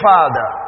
Father